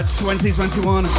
2021